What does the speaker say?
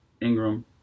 Ingram